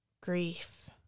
Grief